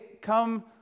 come